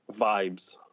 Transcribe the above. Vibes